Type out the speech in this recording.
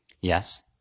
Yes